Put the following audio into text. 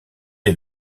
est